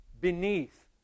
beneath